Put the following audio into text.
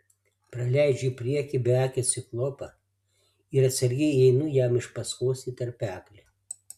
praleidžiu į priekį beakį ciklopą ir atsargiai įeinu jam iš paskos į tarpeklį